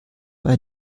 bei